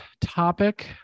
topic